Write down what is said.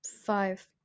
Five